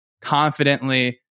confidently